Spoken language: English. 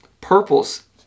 purples